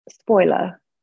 Spoiler